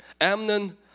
Amnon